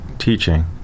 teaching